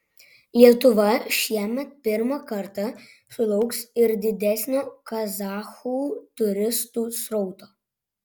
lietuva šiemet pirmą kartą sulauks ir didesnio kazachų turistų srauto